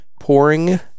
Pouring